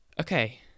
okay